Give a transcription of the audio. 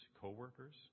co-workers